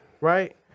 right